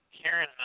Karen